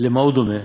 למה הוא דומה?